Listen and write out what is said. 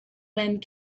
wind